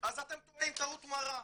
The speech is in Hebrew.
אז אתם טועים טעות מרה.